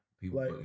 people